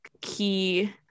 key